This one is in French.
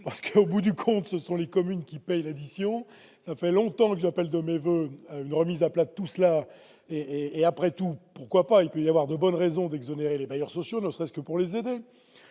tour ! Au bout du compte, en effet, ce sont les communes qui paient l'addition. Cela fait longtemps que j'appelle de mes voeux une remise à plat de tout ce système. Il peut y avoir de bonnes raisons d'exonérer les bailleurs sociaux, ne serait-ce que pour les aider,